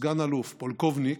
סגן-אלוף, פולקובניק,